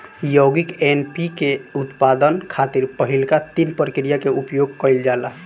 यौगिक एन.पी.के के उत्पादन खातिर पहिलका तीन प्रक्रिया के उपयोग कईल जाला